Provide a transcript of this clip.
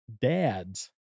dads